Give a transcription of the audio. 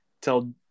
tell